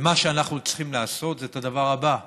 ומה שאנחנו צריכים לעשות זה את הדבר הזה: